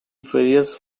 various